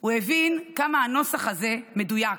הוא הבין כמה הנוסח הזה מדויק,